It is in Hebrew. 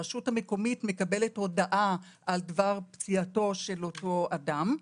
הרשות המקומית מקבלת הודעה על דבר פציעתו של אותו אדם,